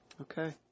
Okay